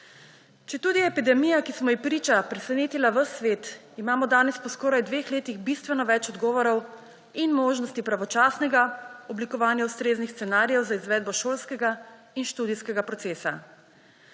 Četudi je epidemija, ki smo ji priča, presenetila ves svet, imamo danes po skoraj dveh letih bistveno več odgovorov in možnosti pravočasnega oblikovanja ustreznih scenarijev za izvedbo šolskega in študijskega procesa.